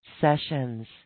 sessions